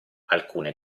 alcune